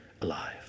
alive